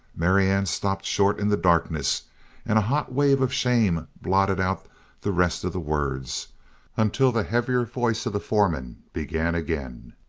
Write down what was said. marianne stopped short in the darkness and a hot wave of shame blotted out the rest of the words until the heavier voice of the foreman began again.